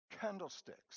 Candlesticks